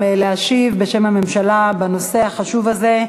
הוועדה למעמד האישה.